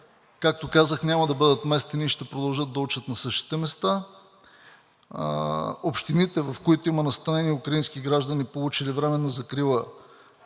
както казах, няма да бъдат местени и ще продължат да учат на същите места. Общините, в които има настанени украински граждани, получили временна закрила,